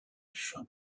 shop